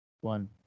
one